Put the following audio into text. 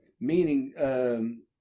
meaning